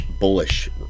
bullish